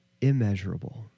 immeasurable